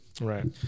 Right